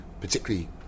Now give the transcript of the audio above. particularly